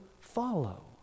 follow